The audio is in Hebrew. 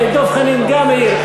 הנה, דב חנין גם העיר.